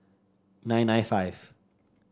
nine nine five